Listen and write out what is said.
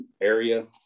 area